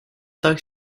так